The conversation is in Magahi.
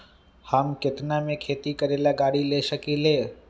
हम केतना में खेती करेला गाड़ी ले सकींले?